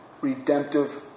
redemptive